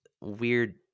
weird